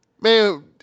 Man